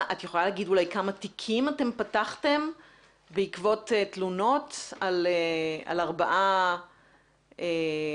את יכולה להגיד אולי כמה תיקים פתחתם בעקבות תלונות על הרבעה מסיבית?